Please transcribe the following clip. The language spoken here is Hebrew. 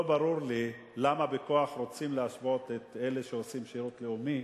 לא ברור לי למה בכוח רוצים להשוות את אלה שעושים שירות לאומי?